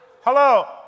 Hello